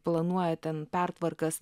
planuoja ten pertvarkas